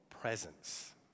presence